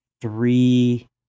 three